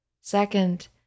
Second